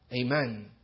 Amen